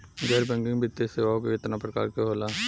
गैर बैंकिंग वित्तीय सेवाओं केतना प्रकार के होला?